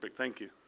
like thank you.